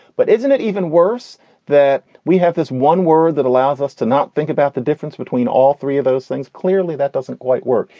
but isn't it even worse that we have this one word that allows us to not think about the difference between all three of those things? clearly, that doesn't quite work.